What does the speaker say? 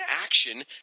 Action